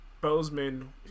Bozeman